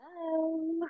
Hello